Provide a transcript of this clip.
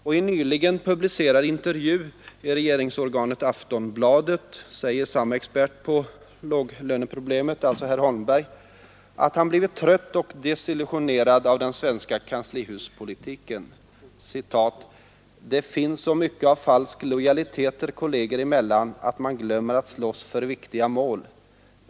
Och i en nyligen publicerad intervju i regeringsorganet Aftonbladet säger samme expert på låglöneproblemet, alltså herr Holmberg, att han blivit trött och desillusionerad av den svenska kanslihuspolitiken. ”Det finns så mycket av falsk lojalitet kolleger emellan att man glömmer att slåss för viktiga mål.